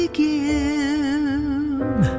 give